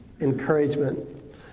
encouragement